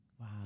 Wow